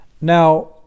Now